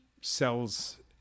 sells